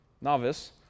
novice